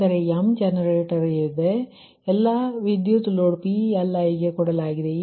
ಅಂದರೆ m generator ಇವೆ ಮತ್ತು ಎಲ್ಲ ವಿದ್ಯುತ್ ಲೋಡ್ PLi ಕೊಡಲಾಗಿದೆ